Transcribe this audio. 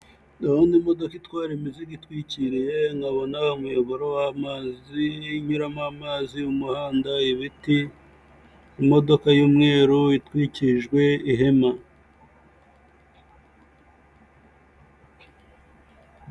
Ndabona imodoka itwara imizigo itwikiriye, nkabona umuyoboro w'amazi unyuramo amazi, umuhanda, ibiti, imodoka y'umweru itwikirijwe ihema.